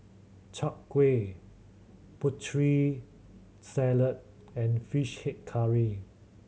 Chai Kueh Putri Salad and Fish Head Curry